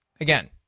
again